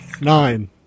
nine